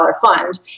fund